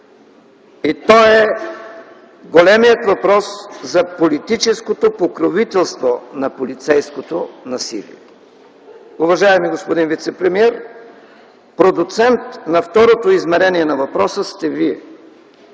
– то е големият въпрос за политическото покровителство на полицейското насилие. Уважаеми господин вицепремиер, продуцент на второто измерение на въпроса сте Вие